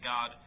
God